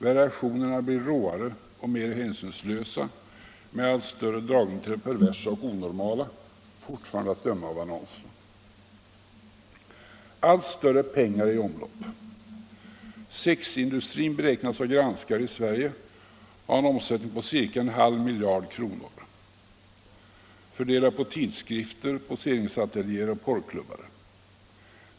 Variationerna blir råare och mer hänsynslösa med allt större dragning till det perversa och onormala; fortfarande att döma av annonserna. Allt större pengar är i omlopp. Sexindustrin beräknas av granskare i Sverige ha en omsättning på cirka en halv miljard kronor, fördelat på tidskrifter, poseringsateljéer och porrklubbar.